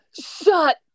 shut